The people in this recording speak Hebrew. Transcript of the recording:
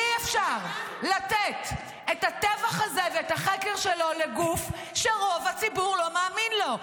אי-אפשר לתת את הטבח הזה ואת החקר שלו לגוף שרוב הציבור לא מאמין לו.